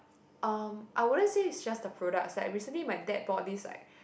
um I wouldn't say it's just the products like recently my dad bought this like